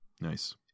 nice